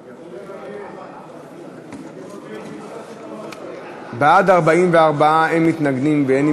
מאגר מידע לעניין כספים ללא דורש המופקדים בתאגידים בנקאיים),